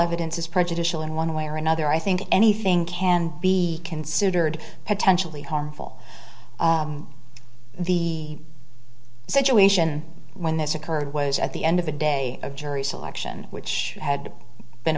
evidence is prejudicial in one way or another i think anything can be considered potentially harmful the situation when this occurred was at the end of a day of jury selection which had been